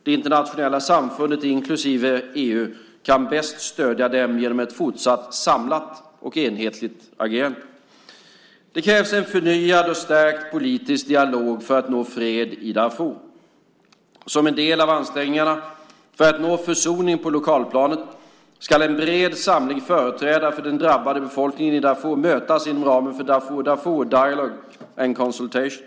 Det internationella samfundet, inklusive EU, kan bäst stödja dem genom ett fortsatt samlat och enhetligt agerande. Det krävs en förnyad och stärkt politisk dialog för att nå fred i Darfur. Som en del av ansträngningarna för att nå försoning på lokalplanet ska en bred samling företrädare för den drabbade befolkningen i Darfur mötas inom ramen för Darfur-Darfur Dialogue and Consultation.